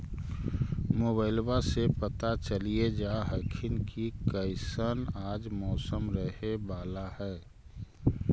मोबाईलबा से पता चलिये जा हखिन की कैसन आज मौसम रहे बाला है?